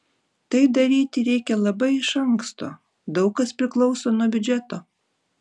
tai daryti reikia labai iš anksto daug kas priklauso nuo biudžeto